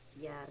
Yes